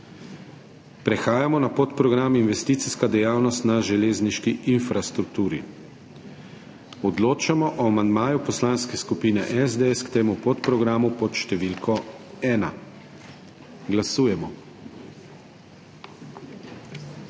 Prehajamo na podprogram Investicijska dejavnost na železniški infrastrukturi. Odločamo o amandmaju Poslanske skupine SDS k temu podprogramu pod številko 1. Glasujemo.